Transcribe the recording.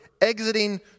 exiting